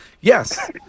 yes